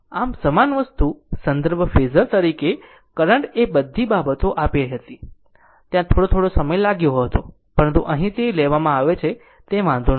અહીં સમાન વસ્તુ સંદર્ભ ફેઝર તરીકે કરંટ એ આ બધી બાબતો આપી હતી ત્યાં થોડો થોડો સમય લાગ્યો હતો પરંતુ અહીં તે લેવામાં આવે છે તે વાંધો નથી